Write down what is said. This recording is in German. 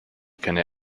keine